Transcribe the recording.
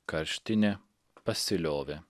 karštinė pasiliovė